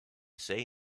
say